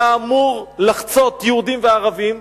היה אמור לחצות יהודים וערבים,